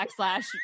backslash